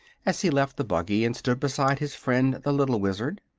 as he left the buggy and stood beside his friend the little wizard.